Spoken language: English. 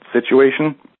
situation